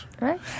Right